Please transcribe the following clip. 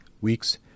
week's